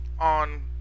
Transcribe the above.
on